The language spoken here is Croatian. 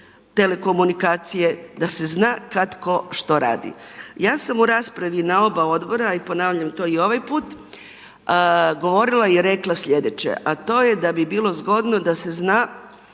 da se zna kada tko što radi. Ja sam u raspravi na oba odbora a i ponavljam to i ovaj put, govorila i rekla sljedeće a to je da bi bilo zgodno da se zna,